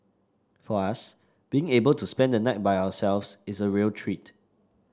for us being able to spend the night by ourselves is a real treat